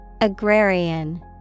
Agrarian